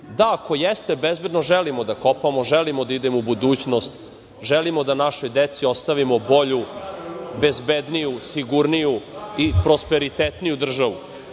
Da, ako jeste bezbedno, želimo da kopamo, želimo da idemo u budućnost, želimo da našoj deci ostavimo bolju, bezbedniju, sigurniju i prosperitetniju državu.